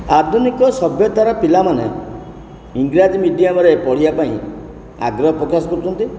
ଆଧୁନିକ ସଭ୍ୟତାର ପିଲାମାନେ ଇଂରାଜୀ ମିଡ଼ିଅମ୍ରେ ପଢ଼ିବା ପାଇଁ ଆଗ୍ରହ ପ୍ରକାଶ କରୁଛନ୍ତି